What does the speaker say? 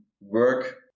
work